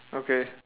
okay